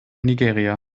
nigeria